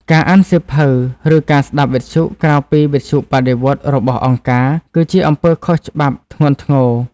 ការអានសៀវភៅ ឬការស្ដាប់វិទ្យុក្រៅពីវិទ្យុបដិវត្តន៍របស់អង្គការ គឺជាអំពើខុសច្បាប់ធ្ងន់ធ្ងរ។